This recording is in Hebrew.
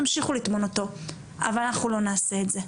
תמשיכו לטמון אותו אבל אנחנו לא נעשה את זה.